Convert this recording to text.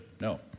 No